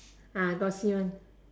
ah glossy one